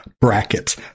brackets